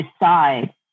decide